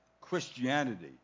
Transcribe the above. Christianity